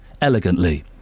elegantly